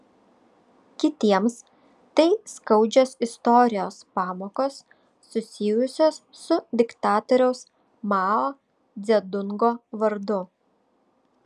kitiems tai skaudžios istorijos pamokos susijusios su diktatoriaus mao dzedungo vardu